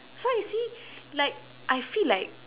so I see like I feel like